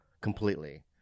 completely